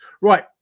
Right